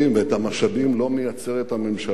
ואת המשאבים לא מייצרת הממשלה,